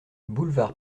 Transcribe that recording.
boulevard